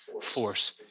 force